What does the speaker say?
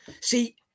see